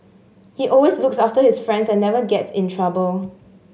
he always looks after his friends and never gets in trouble